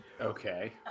Okay